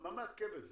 מה מעכב את זה?